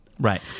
Right